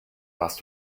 warst